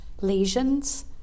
lesions